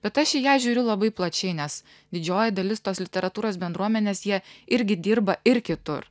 bet aš į ją žiūriu labai plačiai nes didžioji dalis tos literatūros bendruomenės jie irgi dirba ir kitur